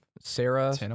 Sarah